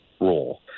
role